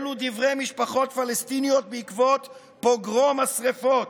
אלו דברי משפחות פלסטיניות בעקבות פוגרום השרפות,